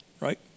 right